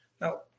Now